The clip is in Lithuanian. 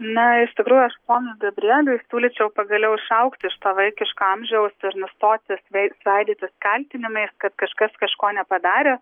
na iš tikrųjų aš ponui gabrieliui siūlyčiau pagaliau išaugti iš to vaikiško amžiaus ir nustoti svei svaidytis kaltinimais kad kažkas kažko nepadarė